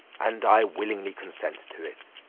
and i willingly consent to it.